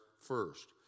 first